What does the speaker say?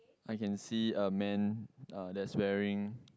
I can see a man uh that's wearing